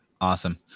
awesome